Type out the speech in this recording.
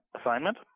assignment